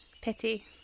Pity